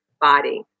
body